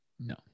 No